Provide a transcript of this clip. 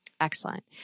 Excellent